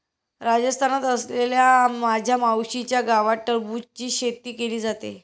राजस्थानात असलेल्या माझ्या मावशीच्या गावात टरबूजची शेती केली जाते